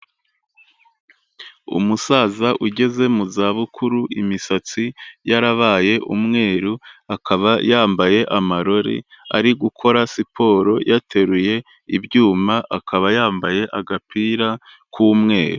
Umusaza ugeze mu zabukuru imisatsi yarabaye umweru, akaba yambaye amarore, ari gukora siporo yateruye ibyuma, akaba yambaye agapira k'umweru.